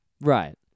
Right